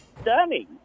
stunning